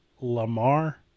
Lamar